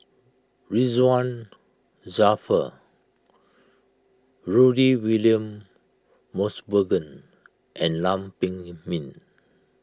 Ridzwan Dzafir Rudy William Mosbergen and Lam Pin Min